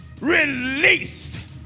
released